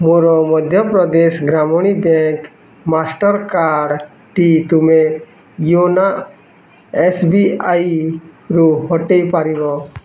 ମୋର ମଧ୍ୟପ୍ରଦେଶ ଗ୍ରାମଣୀ ବ୍ୟାଙ୍କ୍ ମାଷ୍ଟର୍କାର୍ଡ଼ଟି ତୁମେ ୟୋନୋ ଏସ୍ ବି ଆଇ ରୁ ହଟେଇପାରିବ